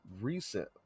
recent